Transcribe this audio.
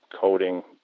coding